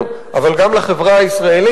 כל שנה מחדש.